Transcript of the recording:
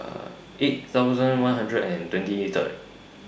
eight thousand one hundred and twenty Third